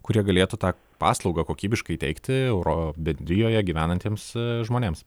kurie galėtų tą paslaugą kokybiškai teikti euro bendrijoje gyvenantiems žmonėms